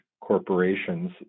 corporations